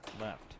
left